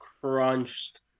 Crunched